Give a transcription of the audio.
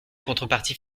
contreparties